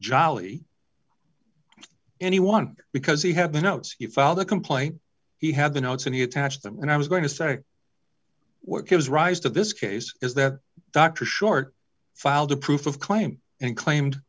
jolly anyone because he had the notes he filed a complaint he had the notes and he attached them and i was going to say what gives rise to this case is that dr short filed a proof of claim and claimed